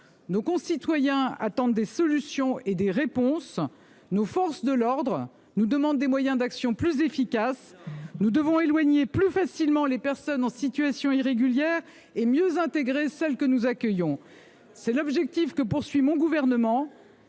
Nos concitoyens attendent des solutions et des réponses. Nos forces de l’ordre nous demandent des moyens d’action plus efficaces. Cela fait six ans ! Nous devons éloigner plus facilement les personnes en situation irrégulière et mieux intégrer celles que nous accueillons. C’est l’objectif de mon gouvernement.